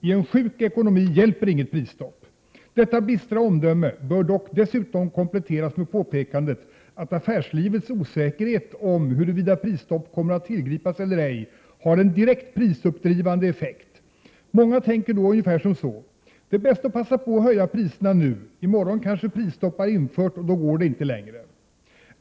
I en sjuk ekonomi hjälper inget prisstopp.” Detta bistra omdöme bör dock dessutom kompletteras med påpekandet att affärslivets osäkerhet om huruvida prisstopp kommer att tillgripas eller ej har en direkt prisuppdrivande effekt. Många tänker då ungefär som så: Det är bäst att passa på och höja priserna nu —i morgon kanske prisstopp är infört och då går det inte längre.